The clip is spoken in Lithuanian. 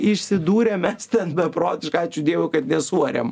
išsidurėm mes ten beprotiškai ačiū dievui kad nesuarėm